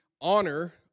honor